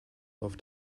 auf